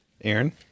Aaron